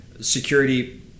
security